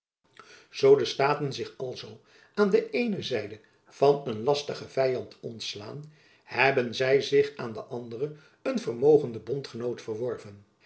zoo de staten zich alzoo aan de eene zijde van een lastigen vyand ontslaan hebben zy zich aan de andere een vermogenden bondgenoot verworven